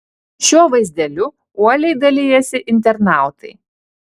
šiuo vaizdeliu uoliai dalijasi internautai